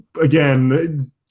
again